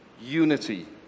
unity